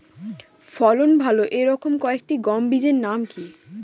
ফলন ভালো এই রকম কয়েকটি গম বীজের নাম কি?